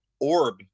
orb